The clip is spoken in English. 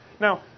Now